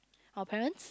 our parents